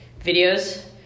videos